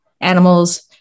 animals